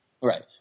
Right